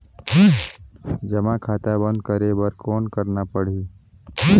जमा खाता बंद करे बर कौन करना पड़ही?